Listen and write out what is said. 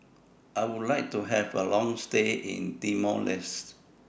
I Would like to Have A Long stay in Timor Leste